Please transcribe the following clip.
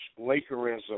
Lakerism